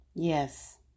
Yes